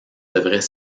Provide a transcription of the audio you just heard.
devrait